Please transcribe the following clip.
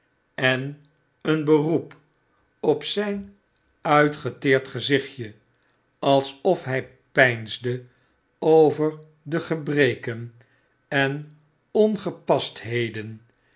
en een beroep op zp uitgeteerd gezichtje alsof hij peinsde over de gebreken en